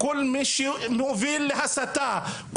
כל מי שמוביל להסתה,